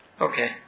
Okay